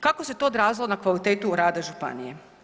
Kako se to odrazilo na kvalitetu rada županije?